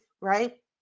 right